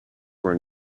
were